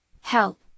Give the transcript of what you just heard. help